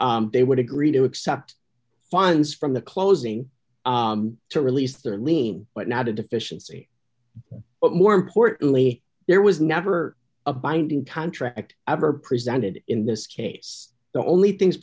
they would agree to accept fines from the closing to release their lien but not a deficiency but more importantly there was never a binding contract ever presented in this case the only things